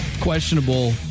questionable